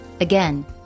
Again